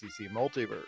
Multiverse